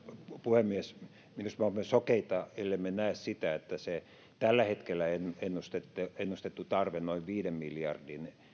puhemies minusta me olemme sokeita ellemme näe sitä etteikö tällä hetkellä ennustettu ennustettu tarve noin viiden miljardin